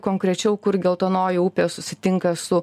konkrečiau kur geltonoji upė susitinka su